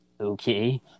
Okay